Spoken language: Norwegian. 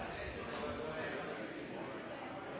ser